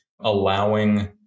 allowing